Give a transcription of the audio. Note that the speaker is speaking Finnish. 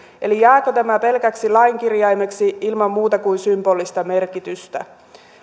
eli jääkö tämä pelkäksi lain kirjaimeksi ilman muuta kuin symbolista merkitystä